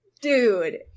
dude